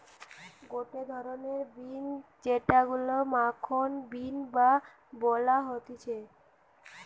গটে ধরণের বিন যেইগুলো মাখন বিন ও বলা হতিছে